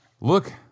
look